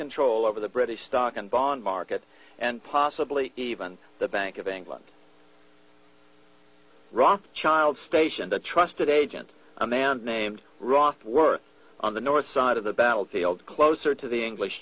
control over the british stock and bond market and possibly even the bank of england rothschilds stationed a trusted agent a man named roth worth on the north side of the battlefield closer to the english